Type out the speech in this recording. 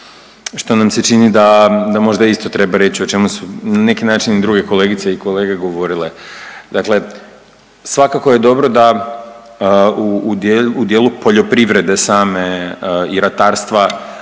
što nam se čini da, da možda isto treba reći o čemu su na neki način i druge kolegice i kolege govorile. Dakle, svakako je dobro da u dijelu poljoprivrede same i ratarstva